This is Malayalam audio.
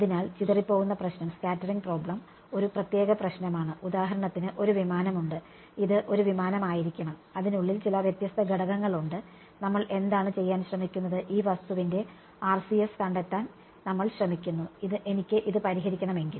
അതിനാൽ ചിതറിപോവുന്ന പ്രശ്നം ഒരു പ്രത്യേക പ്രശ്നമാണ് ഉദാഹരണത്തിന് ഒരു വിമാനം ഉണ്ട് ഇത് ഒരു വിമാനമായിരിക്കണം അതിനുള്ളിൽ ചില വ്യത്യസ്ത ഘടകങ്ങൾ ഉണ്ട് നമ്മൾ എന്താണ് ചെയ്യാൻ ശ്രമിക്കുന്നത് ഈ വസ്തുവിന്റെ RCS കണ്ടെത്താൻ നമ്മൾ ശ്രമിക്കുന്നു എനിക്ക് ഇത് പരിഹരിക്കണമെങ്കിൽ